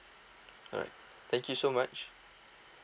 alright thank you so much